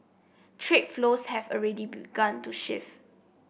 trade flows have already begun to shift